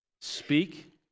Speak